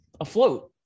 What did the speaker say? afloat